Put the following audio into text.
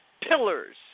pillars